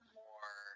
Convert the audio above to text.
more